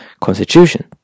constitution